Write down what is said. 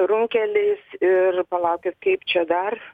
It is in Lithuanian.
runkeliais ir palaukit kaip čia dar